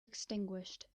extinguished